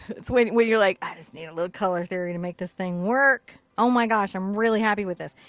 it's like when you're like, i just need a little color theory to make this thing work. oh my gosh, i'm really happy with this.